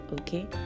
okay